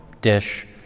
dish